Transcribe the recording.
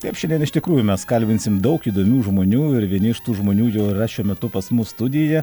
taip šiandien iš tikrųjų mes kalbinsim daug įdomių žmonių ir vieni iš tų žmonių jau yra šiuo metu pas mus studijoje